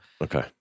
Okay